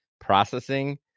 processing